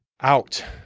out